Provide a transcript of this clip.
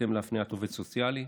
בהתאם להפניית עובד סוציאלי.